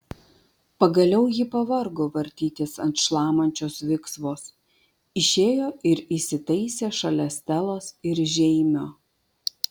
pagaliau ji pavargo vartytis ant šlamančios viksvos išėjo ir įsitaisė šalia stelos ir žeimio